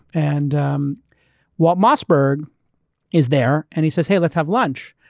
and um walt mossberg is there and he says, hey, let's have lunch,